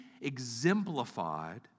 exemplified